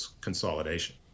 consolidation